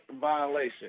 violation